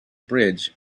bridge